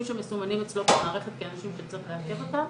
שמסומנים אצלו במערכת כאנשים שצריך לעכב אותם.